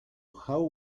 how